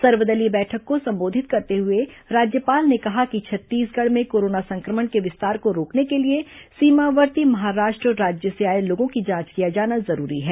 सर्वदलीय बैठक को संबोधित करते हुए राज्यपाल ने कहा कि छत्तीसगढ़ में कोरोना संक्रमण के विस्तार को रोकने के लिए सीमावर्ती महाराष्ट्र राज्य से आए लोगों की जांच किया जाना जरूरी है